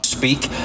Speak